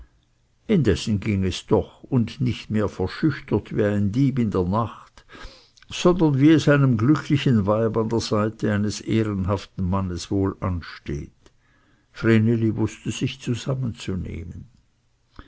indessen ging es doch und nicht mehr verschüchtert wie ein dieb in der nacht sondern wie es einem glücklichen weib an der seite eines ehrenhaften mannes wohl ansteht vreneli wußte sich zusammenzunehmen